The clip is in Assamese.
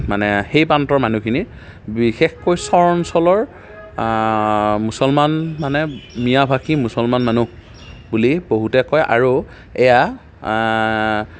মানে সেই প্ৰান্তৰ মানুহখিনিৰ বিশেষকৈ চৰ অঞ্চলৰ মুছলমান মানে মিয়াভাষী মুছলমান মানুহ বুলি বহুতে কয় আৰু এয়া